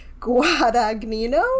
Guadagnino